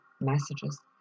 messages